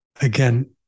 again